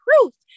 truth